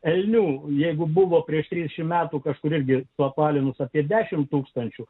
elnių jeigu buvo prieš trisdešimt metų kažkur irgi suapvalinus apie dešim tūkstančių